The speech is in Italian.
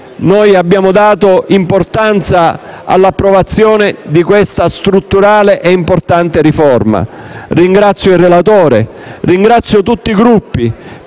abbiamo dato importanza all'approvazione di questa strutturale e importante riforma. Ringrazio il relatore e tutti i Gruppi,